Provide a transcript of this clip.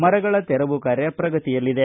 ಮರಗಳ ತೆರವು ಕಾರ್ಯ ಪ್ರಗತಿಯಲ್ಲಿದೆ